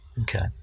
Okay